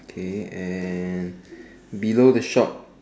okay and below the shop